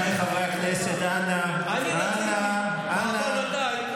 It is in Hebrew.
רבותיי חברי הכנסת, אנא, אנא, אנא.